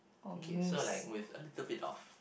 okay so like with a little bit of